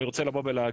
אני רוצה להגיד,